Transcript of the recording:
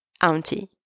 auntie